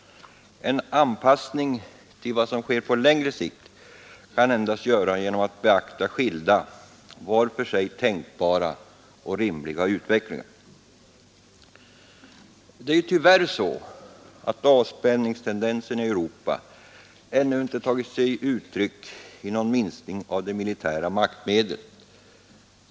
En anpassning till vad som sker på längre sikt kan man endast göra genom att beakta skilda, var för sig tänkbara och rimliga utvecklingar. Det är tyvärr så att avspänningstendenserna i Europa ännu inte tagit sig uttryck i någon minskning av de militära maktmedlen.